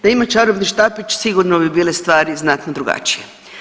Da ima čarobni štapić sigurno bi bile stvari znatno drugačije.